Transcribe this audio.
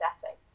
setting